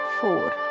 four